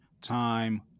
time